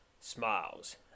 smiles